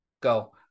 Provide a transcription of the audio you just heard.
go